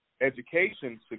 education